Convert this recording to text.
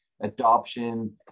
adoption